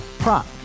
Prop